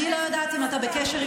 בעודו משרת את המדינה במילואים,